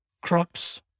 crops